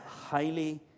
highly